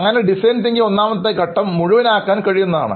അങ്ങനെ designs thinking ഒന്നാമത്തെ ഘട്ടം മുഴുവനാക്കാൻകഴിയുന്നതാണ്